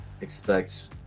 expect